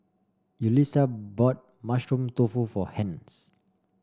Yulissa bought Mushroom Tofu for Hence